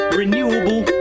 renewable